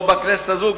גם פה בכנסת הזאת,